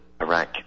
Iraq